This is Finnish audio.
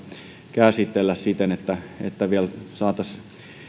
käsitellä siten että että vielä saataisiin